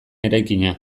eraikina